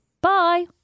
Bye